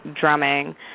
drumming